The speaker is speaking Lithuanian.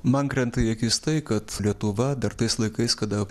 man krenta į akis tai kad lietuva dar tais laikais kada